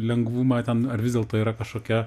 lengvumą ten ar vis dėlto yra kažkokia